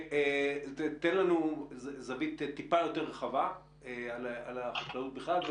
תן לנו זווית טיפה יותר רחבה על החקלאות בכלל,